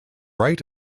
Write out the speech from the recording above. right